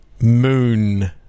moon